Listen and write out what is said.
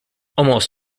almost